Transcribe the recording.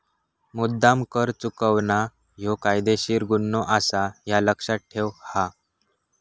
मुद्द्दाम कर चुकवणा ह्यो कायदेशीर गुन्हो आसा, ह्या लक्ष्यात ठेव हां